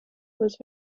was